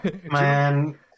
Man